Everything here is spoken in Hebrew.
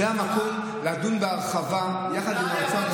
זה המקום לדון בהרחבה, יחד עם האוצר,